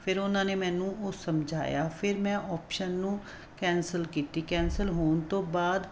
ਫਿਰ ਉਹਨਾਂ ਨੇ ਮੈਨੂੰ ਉਹ ਸਮਝਾਇਆ ਫਿਰ ਮੈਂ ਓਪਸ਼ਨ ਨੂੰ ਕੈਂਸਲ ਕੀਤਾ ਕੈਂਸਲ ਹੋਣ ਤੋਂ ਬਾਅਦ